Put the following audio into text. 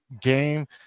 game